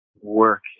work